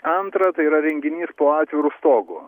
antra tai yra renginys po atviru stogu